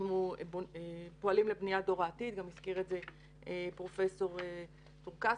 אנחנו פועלים לבניית דור העתיד הזכיר את זה גם פרופ' טור-כספא,